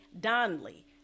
Donley